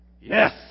Yes